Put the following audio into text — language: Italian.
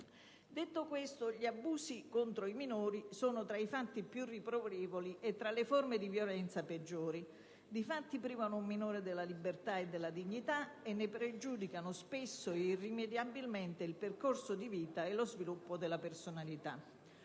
Detto questo, gli abusi contro i minori sono tra i fatti più riprovevoli e tra le forme di violenza peggiori. Privano infatti il minore della libertà e della dignità e ne pregiudicano, spesso irrimediabilmente, il percorso di vita e lo sviluppo della personalità.